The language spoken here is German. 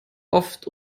oft